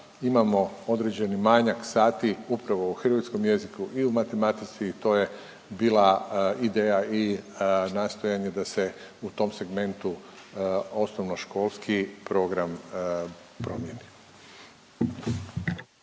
imamo određeni manjak sati upravo u hrvatskom jeziku i u matematici i to je bila ideja i nastojanje da se u tom segmentu osnovnoškolski program promijeni.